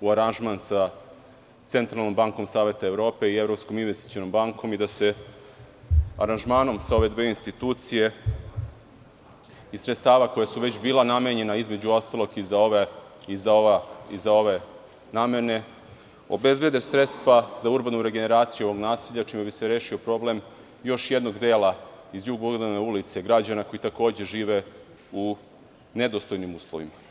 u aranžman sa Centralnom bankom Saveta Evrope i Evropskom investicionom bankom i da se aranžmanom sa ove dve institucije iz sredstava koja su već bila namenjena, između ostalog, i za ove namene, obezbede sredstva za urbanu regeneraciju ovog naselja, čime bi se rešio problem još jednog dela iz Jug Bogdanove ulice, građana koji takođe žive u nedostojnim uslovima.